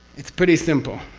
it's pretty simple.